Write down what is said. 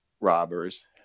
robbers